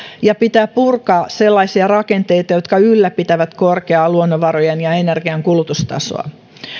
ja pitää purkaa sellaisia rakenteita jotka ylläpitävät korkeaa luonnonvarojen ja energian kulutustasoa